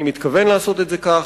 אני מתכוון לעשות את זה כך,